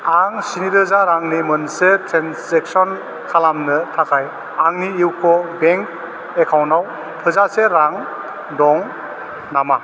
आं स्नि रोजा रांनि मोनसे ट्रेनजेक्सन खालामनो थाखाय आंनि इउक' बेंक एकाउन्टाव थोजासे रां दं नामा